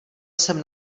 jsem